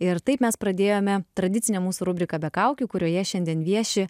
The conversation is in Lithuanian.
ir taip mes pradėjome tradicinę mūsų rubriką be kaukių kurioje šiandien vieši